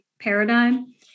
Paradigm